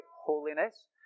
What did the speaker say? holiness